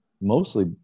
mostly